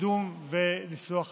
בקידום וניסוח ההצעה.